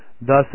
thus